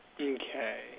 Okay